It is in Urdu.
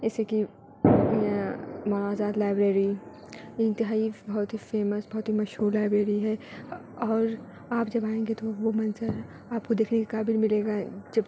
ایسے کہ مولانا آزاد لائبریری یہ انتہائی بہت ہی فیمس بہت ہی مشہور لائبریبری ہے اور آپ جب آئیں گے تو وہ منظر آپ کو دیکھنے کے قابل ملے گا جب